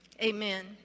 amen